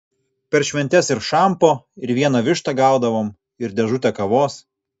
per šventes ir šampo ir vieną vištą gaudavom ir dėžutę kavos